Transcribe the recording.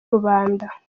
rubanda